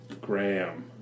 Graham